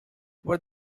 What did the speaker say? but